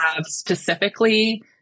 specifically